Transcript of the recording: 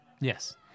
Yes